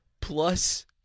plus